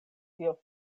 dio